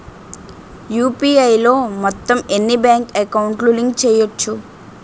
UPI లో మొత్తం ఎన్ని బ్యాంక్ అకౌంట్ లు లింక్ చేయచ్చు?